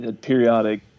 periodic